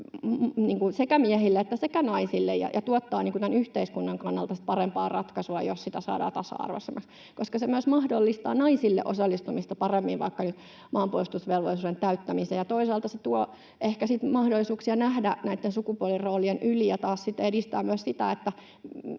sekä miehille että naisille ja tuottaa tämän yhteiskunnan kannalta parempaa ratkaisua, jos sitä saadaan tasa-arvoisemmaksi, koska se myös mahdollistaa naisille osallistumista paremmin vaikka nyt maanpuolustusvelvollisuuden täyttämiseen ja toisaalta se tuo ehkä sitten mahdollisuuksia nähdä näitten sukupuoliroolien yli ja taas sitten edistää myös sitä,